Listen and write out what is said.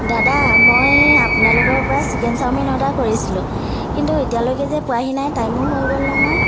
দাদা মই আপোনালোকৰ পৰা ছিকেন ছাউমিন অৰ্ডাৰ কৰিছিলোঁ কিন্তু এতিয়ালৈকে যে পোৱাহি নাই টাইমো হৈ গ'ল নহয়